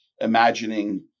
imagining